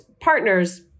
partners